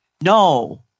No